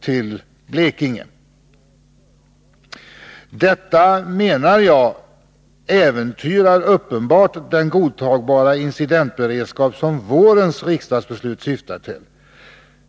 min mening uppenbart äventyrar den godtagbara incidentberedskap som vårens riksdagsbeslut syftade till.